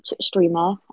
streamer